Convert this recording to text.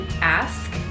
ask